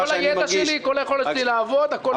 כל הידע שלי, כל היכולת שלי לעבוד, הכול מהפקידות.